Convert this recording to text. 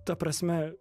ta prasme